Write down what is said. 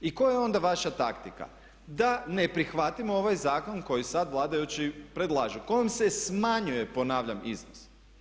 I koja je onda vaša taktika da ne prihvatimo ovaj zakon koji sada vladajući predlažu kojim se smanjuje ponavljam iznos?